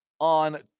on